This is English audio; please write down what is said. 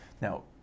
Now